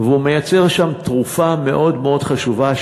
והוא מייצר שם תרופה מאוד חשובה,